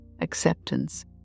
acceptance